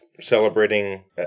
celebrating